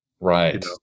Right